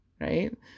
right